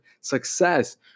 success